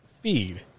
feed